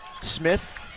Smith